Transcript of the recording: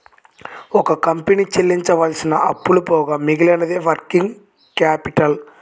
ఒక కంపెనీ చెల్లించవలసిన అప్పులు పోగా మిగిలినదే వర్కింగ్ క్యాపిటల్